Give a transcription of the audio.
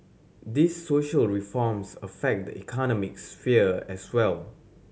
these social reforms affect the economic sphere as well